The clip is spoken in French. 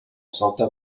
santa